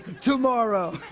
Tomorrow